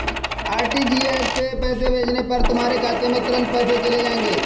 RTGS से पैसे भेजने पर तुम्हारे खाते में तुरंत पैसे चले जाएंगे